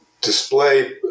display